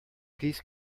peace